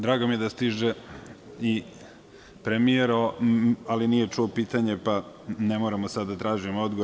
Drago mi je da stiže i premijer, ali nije čuo pitanje, pa ne moram sada da tražim odgovor.